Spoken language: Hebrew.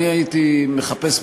אני הייתי מחפש,